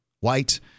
white